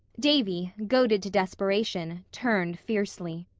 davy, goaded to desperation, turned fiercely.